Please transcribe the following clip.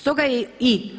Stoga je i